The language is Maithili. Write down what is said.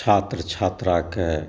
छात्र छात्रा के